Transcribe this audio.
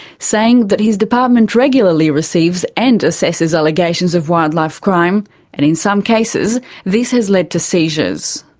saying that his department regularly receives and assesses allegations of wildlife crime and in some cases this has led to seizures.